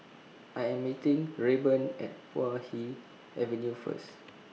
I Am meeting Rayburn At Puay Hee Avenue First